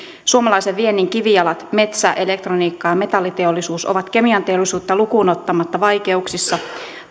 suomalaisen viennin kivijalat metsä elektroniikka ja metalliteollisuus ovat kemianteollisuutta lukuun ottamatta vaikeuksissa